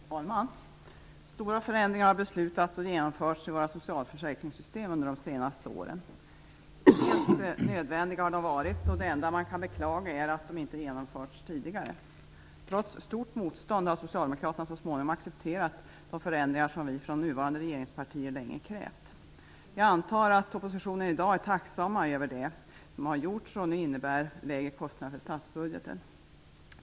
Herr talman! Stora förändringar har beslutats och genomförts i våra socialförsäkringssystem under de senaste åren. De har varit helt nödvändiga. Det enda man kan beklaga är att de inte genomförts tidigare. Trots stort motstånd har Socialdemokraterna så småningom accepterat de förändringar som vi i de nuvarande regeringspartierna länge krävt. Jag antar att oppositionen i dag är tacksam över det som har gjorts. Det innebär lägre kostnader för statsbudgeten.